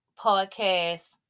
podcast